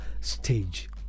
stage